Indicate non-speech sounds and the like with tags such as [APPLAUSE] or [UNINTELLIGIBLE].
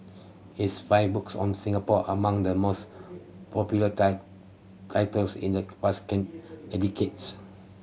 his five books on Singapore among the most popular [UNINTELLIGIBLE] titles in the past [UNINTELLIGIBLE] in decades